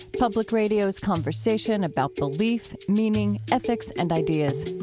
public radio's conversation about belief, meaning, ethics and ideas